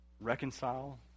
Reconcile